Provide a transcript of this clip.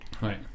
right